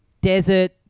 desert